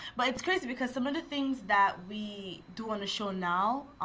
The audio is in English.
but it's crazy because some of the things that we do in the show now,